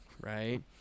right